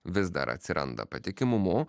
vis dar atsiranda patikimumu